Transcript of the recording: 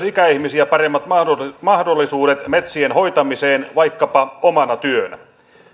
ikäihmisiä paremmat mahdollisuudet mahdollisuudet metsien hoitamiseen vaikkapa omana työnä